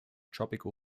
tropical